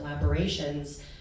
collaborations